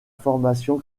formation